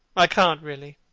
i can't, really.